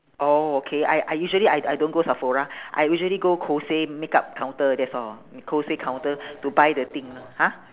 oh okay I I usually I I don't go sephora I usually go kose makeup counter that's all kose counter to buy the thing !huh!